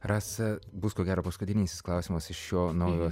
rasa bus ko gero paskutinysis klausimas iš šio naujo